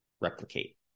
replicate